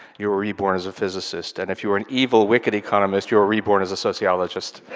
you were reborn as a physicist, and if you were an evil, wicked economist, you were reborn as a sociologist.